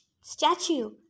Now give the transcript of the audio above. statue